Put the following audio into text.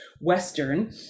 Western